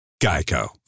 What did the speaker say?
Geico